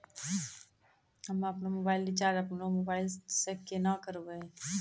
हम्मे आपनौ mobile recharge आपनौ मोबाइल से केना करवै?